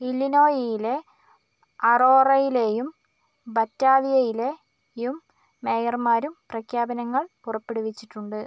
ഇല്ലിനോയയിലെ അറോറയിലെയും ബറ്റാവിയയിലെയും മേയർമാരും പ്രഖ്യാപനങ്ങൾ പുറപ്പെടുവിച്ചിട്ടുണ്ട്